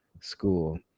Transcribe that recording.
school